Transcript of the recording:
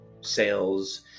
sales